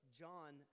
john